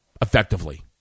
effectively